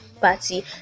party